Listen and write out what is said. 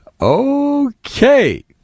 Okay